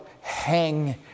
hang